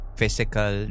physical